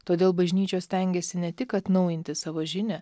todėl bažnyčios stengiasi ne tik atnaujinti savo žinią